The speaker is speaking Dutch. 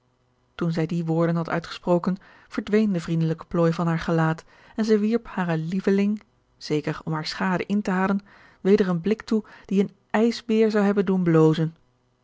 toen zij die woorden had uitgesproken verdween de vriendelijke plooi van haar gelaat en zij wierp haren lieveling zeker om hare schade in te halen weder een blik toe die een ijsbeer zou hebben doen blozen